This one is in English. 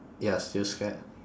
you're still scared